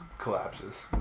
collapses